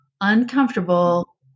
uncomfortable